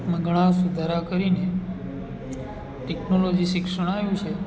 માં ઘણા સુધારા કરીને ટેક્નોલોજી શિક્ષણ આવ્યું છે